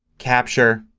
capture.